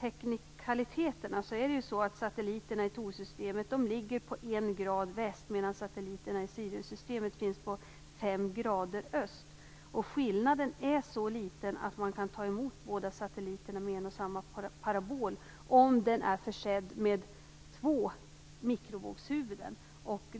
teknikaliteterna vill jag säga att satelliterna i Thorsystemet ligger på 1 grad väst, medan satelliterna i Siriussystemet finns på 5 grader öst. Skillnaden är så liten att man kan ta emot båda satelliterna med en och samma parabol om den är försedd med två mikrovågshuvuden.